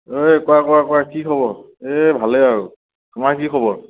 ঐ কোৱা কোৱা কোৱা কি খবৰ এই ভালেই আৰু তোমাৰ কি খবৰ